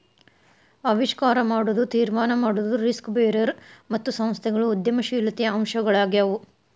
ಆವಿಷ್ಕಾರ ಮಾಡೊದು, ತೀರ್ಮಾನ ಮಾಡೊದು, ರಿಸ್ಕ್ ಬೇರರ್ ಮತ್ತು ಸಂಸ್ಥೆಗಳು ಉದ್ಯಮಶೇಲತೆಯ ಅಂಶಗಳಾಗ್ಯಾವು